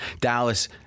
Dallas